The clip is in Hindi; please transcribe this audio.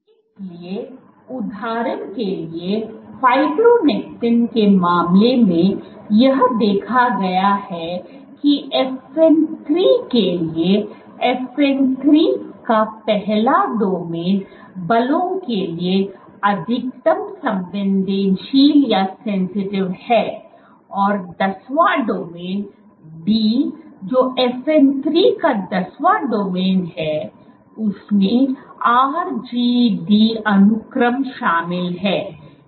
इसलिए उदाहरण के लिए फ़ाइब्रोनेक्टिन के मामले में यह देखा गया है कि FN3 के लिए FN 3 का पहला डोमेन बलों के लिए अधिकतम संवेदनशील है और दसवां डोमेन D जो FN 3 का दसवां डोमेन है उसमें RGD अनुक्रम शामिल है